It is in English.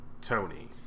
Tony